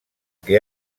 que